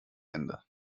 ende